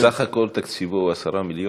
סך כל תקציבו הוא 10 מיליון?